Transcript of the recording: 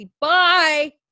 bye